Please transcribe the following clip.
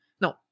No